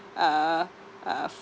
uh uh